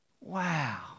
Wow